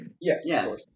Yes